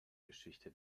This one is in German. geschichte